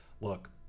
look